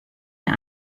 der